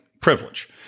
privilege